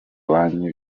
banki